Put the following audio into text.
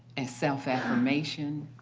as self-affirmation.